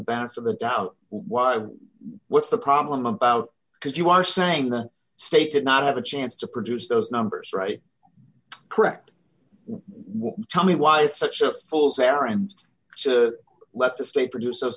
benefit of the doubt why what's the problem about because you are saying the state did not have a chance to produce those numbers right correct will tell me why it's such a full sorry and to let the state produce those